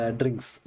drinks